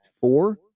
four